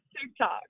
TikTok